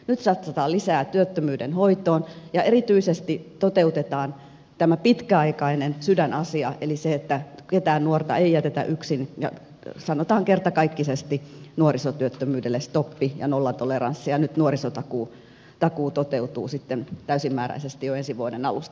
nyt satsataan lisää työttömyyden hoitoon ja erityisesti toteutetaan tämä pitkäaikainen sydämenasia eli se että ketään nuorta ei jätetä yksin sanotaan kertakaikkisesti nuorisotyöttömyydelle stoppi ja nollatoleranssi ja nyt nuorisotakuu toteutuu sitten täysimääräisesti jo ensi vuoden alusta